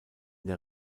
der